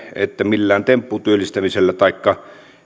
että millään tempputyöllistämisellä taikka